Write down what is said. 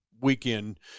weekend